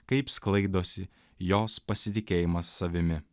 kaip sklaidosi jos pasitikėjimas savimi